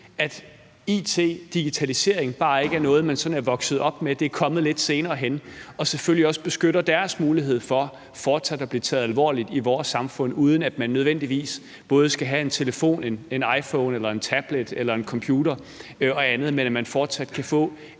it og digitalisering bare ikke er noget, man sådan er vokset op med, det er kommet senere hen, og selvfølgelig også beskytte deres mulighed for fortsat at blive taget alvorligt i vores samfund, uden at man nødvendigvis både skal have en telefon, en iPhone, en tablet, en computer eller andet, men at man fortsat kan få